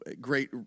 Great